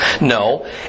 No